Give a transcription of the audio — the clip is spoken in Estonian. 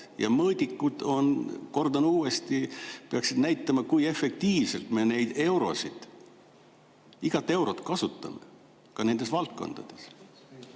ja mõõdikud, kordan uuesti, peaksid näitama, kui efektiivselt me neid eurosid, iga eurot kasutame. Ka nendes valdkondades.